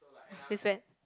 freeze where